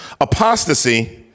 apostasy